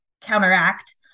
counteract